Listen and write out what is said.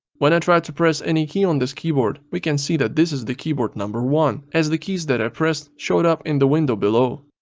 when i try to press any key on this keyboard we can see that this is the keyboard number one as the keys that i pressed showed up in the window below.